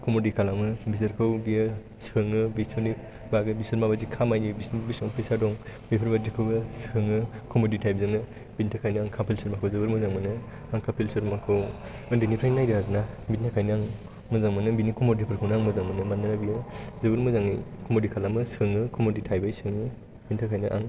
comedy खालामो बिसोरखौ बियो सोङो बिसोरनि बागै बिसोर माबायदि खामायो बिसोरनाव बेसेबां फैसा दं बेफोरबायदिखौबो सोङो कमेडि टाइप जोंनो बेनिथाखायनो आं कपिल शर्माखौ जोबोद मोजां मोनो आं कपिल शर्माखौ उन्दैनिफ्रायनो नायो आरोना बेनिथाखायनो आं मोजां मोनो बिनि कमेडि फोरखौनो आं मोजां मोनो मानोना बियो जोबोर मोजाङै कमेडि खालामो सोङो कमेडि टाइप यै सोङो बेनि थाखायनो आं